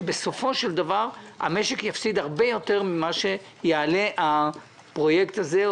שבסופו של דבר המשק יפסיד הרבה יותר ממה שיעלה הפרויקט הזה.